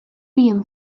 been